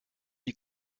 die